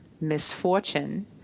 misfortune